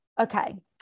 okay